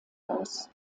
aus